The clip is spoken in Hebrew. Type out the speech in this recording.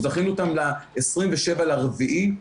דחינו אותם ל-27 באפריל,